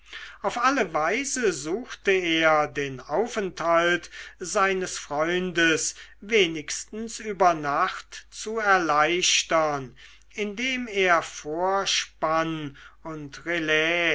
auf alle weise suchte er den aufenthalt seines freundes wenigstens über nacht zu erleichtern indem er vorspann und